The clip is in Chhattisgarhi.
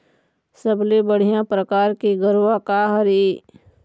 सबले बढ़िया परकार के गरवा का हर ये?